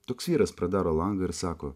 toks vyras pradaro langą ir sako